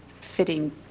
fitting